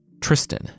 Tristan